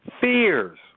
fears